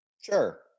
Sure